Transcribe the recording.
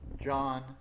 John